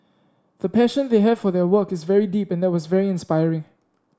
the passion they have for their work is very deep and that was very inspiring